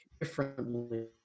differently